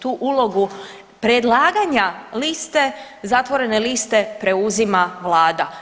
Tu ulogu predlaganja liste, zatvorene liste preuzima Vlada.